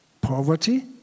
Poverty